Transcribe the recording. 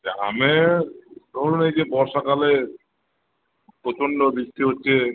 গ্রামে ধরুন এই যে বর্ষাকালে প্রচণ্ড বৃষ্টি হচ্ছে